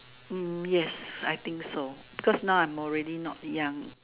yes I think so cause I'm already not young